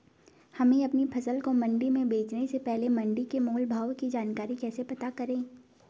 हमें अपनी फसल को मंडी में बेचने से पहले मंडी के मोल भाव की जानकारी कैसे पता करें?